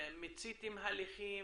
מיציתם הליכים,